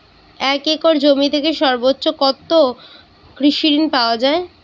এক একর জমি থেকে সর্বোচ্চ কত কৃষিঋণ পাওয়া য়ায়?